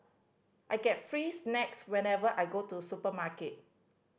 I get free snacks whenever I go to supermarket